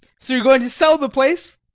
so you are going to sell the place?